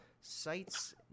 sites